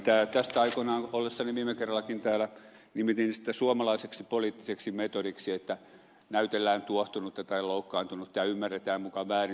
tätä aikoinaan ollessani viime kerrallakin täällä nimitin suomalaiseksi poliittiseksi metodiksi että näytellään tuohtunutta tai loukkaantunutta ja ymmärretään muka väärin